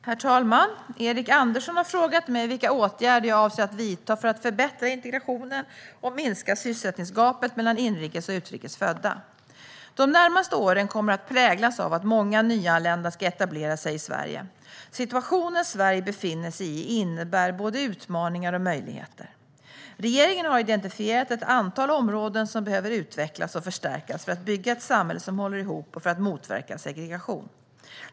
Herr talman! Erik Andersson har frågat mig vilka åtgärder jag avser att vidta för att förbättra integrationen och minska sysselsättningsgapet mellan inrikes och utrikes födda. De närmaste åren kommer att präglas av att många nyanlända ska etablera sig i Sverige. Situationen Sverige befinner sig i innebär både utmaningar och möjligheter. Regeringen har identifierat ett antal områden som behöver utvecklas och förstärkas för att bygga ett samhälle som håller ihop och för att motverka segregation.